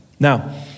Now